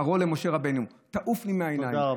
פרעה למשה רבנו: תעוף לי מהעיניים,